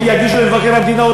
אם יגישו למבקר המדינה,